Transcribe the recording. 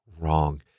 wrong